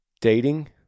dating